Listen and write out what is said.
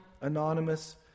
anonymous